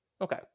Okay